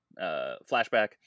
flashback